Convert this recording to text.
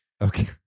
okay